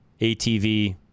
ATV